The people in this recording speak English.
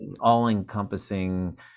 all-encompassing